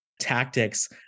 tactics